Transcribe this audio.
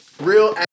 Real